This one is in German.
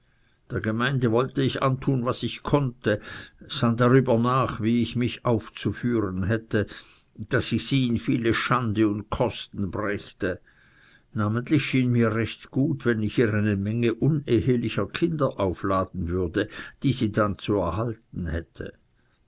der gemeinde wollte ich antun was ich konnte sann darüber nach wie ich mich aufzuführen hätte daß ich sie in viele schande und kosten brächte namentlich schien mir recht gut wenn ich ihr eine menge unehlicher kinder aufladen würde die sie dann zu erhalten hätte